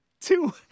two